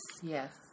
Yes